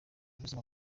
buzima